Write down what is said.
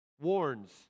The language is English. warns